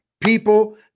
People